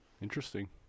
Interesting